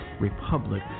republic